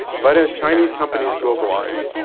but as chinese companies globalize,